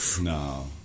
No